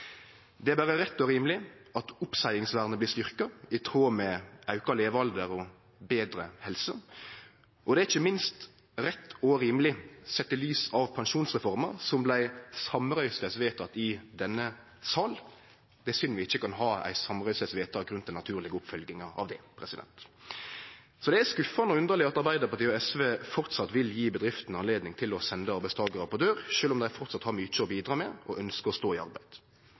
er berre rett og rimeleg at oppseiingsvernet blir styrkt i tråd med auka levealder og betre helse. Det er ikkje minst rett og rimeleg sett i lys av pensjonsreforma, som vart samrøystes vedteke i denne salen. Det er synd vi ikkje kan få eit samrøystes vedtak rundt den naturlege oppfølginga av den. Så det er skuffande og underleg at Arbeidarpartiet og SV framleis vil gje bedriftene anledning til å sende arbeidstakarar på dør, sjølv om dei framleis har mykje å bidra med og ønskjer å stå i arbeid.